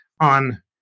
on